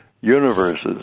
universes